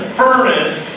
furnace